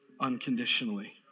unconditionally